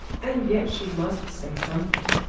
and yet she must say something.